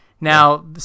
Now